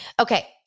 Okay